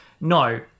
no